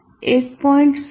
16 થી 1